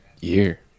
year